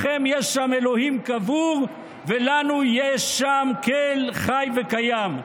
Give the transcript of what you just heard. לכם יש שם אלוהים קבור, ולנו יש שם אל חי וקיים.